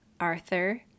Arthur